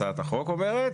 הצעת החוק אומרת,